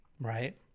right